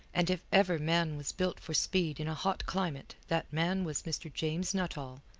and if ever man was built for speed in a hot climate that man was mr. james nuttall,